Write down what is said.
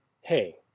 hey